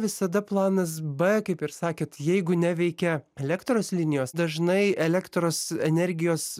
visada planas b kaip ir sakėt jeigu neveikia elektros linijos dažnai elektros energijos